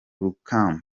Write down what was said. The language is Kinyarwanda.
rukamba